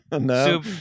No